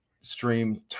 stream